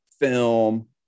film